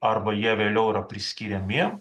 arba jie vėliau yra priskiriami